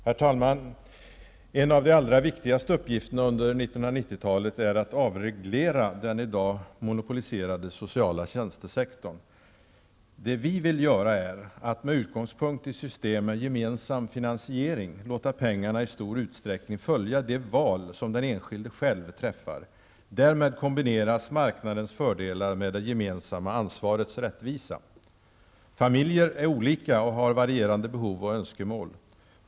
Herr talman! En av de allra viktigaste uppgifterna under 1990-talet är att avreglera den i dag monopoliserade sociala tjänstesektorn. Vad vi vill göra är att med utgångspunkt i system med gemensam finansiering låta pengarna i stor utsträckning följa de val som den enskilde träffar. Därmed kombineras marknadens fördelar med det gemensamma ansvarets rättvisa. Familjer är olika och har varierande behov och önskemål.